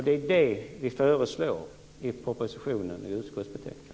Det är det som vi föreslår i propositionen och i utskottsbetänkandet.